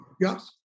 yes